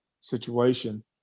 situation